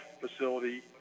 facility